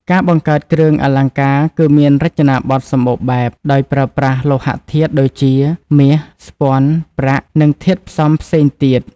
ការបង្កើតគ្រឿងអលង្ការគឺមានរចនាបទសម្បូរបែប ដោយប្រើប្រាស់លោហៈធាតុដូចជា មាស ស្ពាន់ ប្រាក់ និងធាតុផ្សំផ្សេងទៀត។